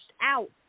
out